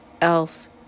else